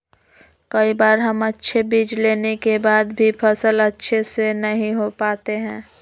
कई बार हम अच्छे बीज लेने के बाद भी फसल अच्छे से नहीं हो पाते हैं?